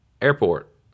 airport